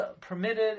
permitted